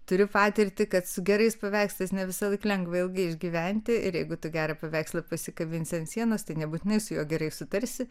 turiu patirtį kad su gerais paveikslais ne visąlaik lengva ilgai išgyventi ir jeigu tu gerą paveikslą pasikabinsi ant sienos tai nebūtinai su juo gerai sutarsi